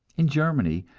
in germany,